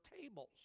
tables